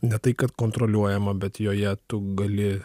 ne tai kad kontroliuojama bet joje tu gali